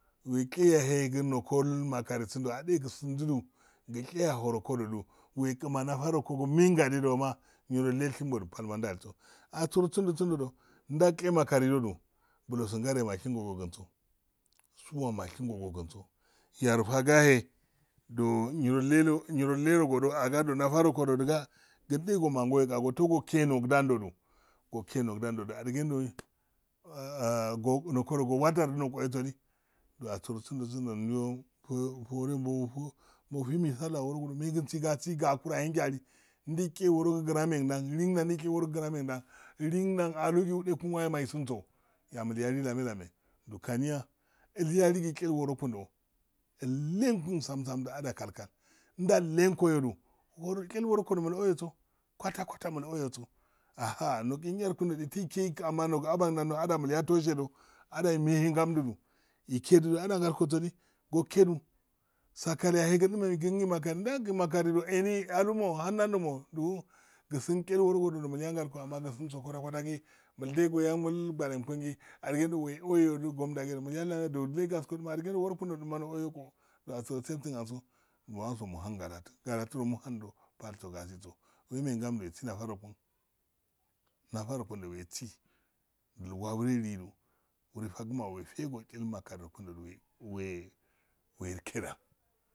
Mugshe yae gn noko makari sindo ad e gisindidu mushe ahorokodu negi nafarokodo nogi megadede nyiro ile ilshemgodo pal ma ndalisa adiro sindo sindo do ndashe makarido du bloso ngare mashengo goginsosowo mashengo gogun so yoro fagiyahe yirole irole rogodo aga nefarokodo duga din e omangoyo oto oshe negidando nogidando adigendo nokodo awadardo nokoyo sodi asiro sind-sindo meginsi gusi gakuro yahe njali gogaromen dan ndin da alugi udiyunyo ma isinso yehe mulye lame-lame kaniya ilya gi ushe worokundo ilnengo sam-sam ilnen ko yododu nyiro yushedo worokodo mukoyo so kwata-kwata mulkoyoso ahhah nogi iyyarokundu ndaiteshedu nogu abankundan do ada mulya toshedo addahi mmehen ngandu do ished adda ngulkoso di oshedu sakale mogi kigi m akari la makaridu eni ulumo hannando mo do gusin shen worogodo mulyangol ko ama amma usin so kwatatagi mudegoyo adolgwanenkodi adigedo w- weyo wegomdageye do assoro saftin anso muhanso muhangalatugalasido muhandu pal so gasi wemeyengache wesi nafarokun nafarokun dowe shi wesagunkari rokwe do we-we tsheda,